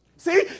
See